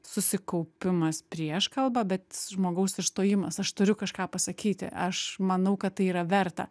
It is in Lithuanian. susikaupimas prieš kalbą bet žmogaus išstojimas aš turiu kažką pasakyti aš manau kad tai yra verta